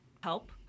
help